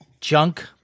Junk